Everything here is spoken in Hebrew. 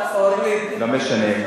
לא משנה.